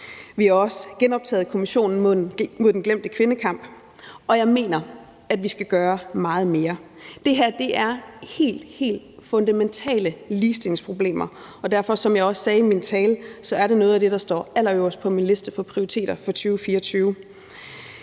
Vi har også genoptaget Kommissionen mod den glemte kvindekamp. Og jeg mener, at vi skal gøre meget mere. Det her er helt, helt fundamentale ligestillingsproblemer, og derfor er det, som jeg også sagde i min tale, noget af det, der står allerøverst på min liste over prioriteter i 2024.